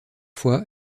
fois